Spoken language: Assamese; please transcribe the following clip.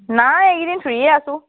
নাই এইকেইদিন ফ্ৰিয়ে আছোঁ